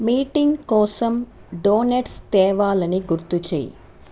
meeting కోసం donuts తేవాలని గుర్తు చేయి